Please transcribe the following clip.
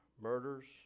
murders